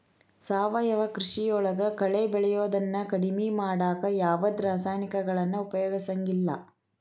ಸಾವಯವ ಕೃಷಿಯೊಳಗ ಕಳೆ ಬೆಳಿಯೋದನ್ನ ಕಡಿಮಿ ಮಾಡಾಕ ಯಾವದ್ ರಾಸಾಯನಿಕಗಳನ್ನ ಉಪಯೋಗಸಂಗಿಲ್ಲ